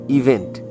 event